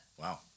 Wow